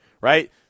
right